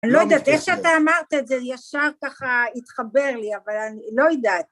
אני לא יודעת איך שאתה אמרת את זה, ישר ככה התחבר לי, אבל אני לא יודעת.